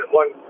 one